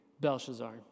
Belshazzar